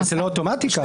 זה לא אוטומטית כך.